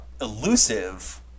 elusive